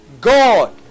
God